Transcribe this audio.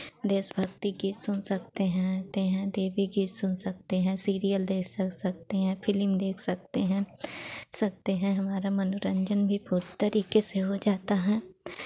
देशभक्ति गीत सुन सकते हैं ते हैं देवी गीत सुन सकते हैं सीरियल देख सक सकती हैं फिलिम देख सकते हैं सकते हैं हमारा मनोरंजन भी बहुत तरीके से हो जाता है